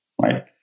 right